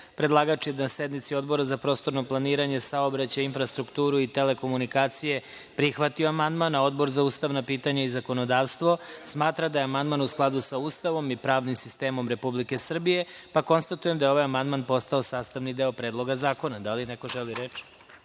je na sednici Odbora za prostorno planiranje, saobraćaj, infrastrukturu i telekomunikacije prihvatio amandman, a Odbor za ustavna pitanja i zakonodavstvo smatra da je amandman u skladu sa Ustavom i pravnim sistemom Republike Srbije. Konstatujem da je ovaj amandman postao sastavni deo Predloga zakona. Da li neko želi reč?